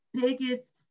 biggest